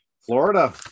Florida